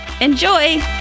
Enjoy